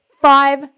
five